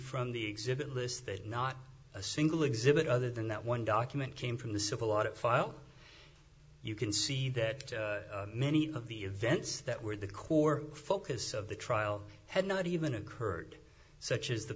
from the exhibit lists that not a single exhibit other than that one document came from the civil law to file you can see that many of the events that were the core focus of the trial had not even occurred such as the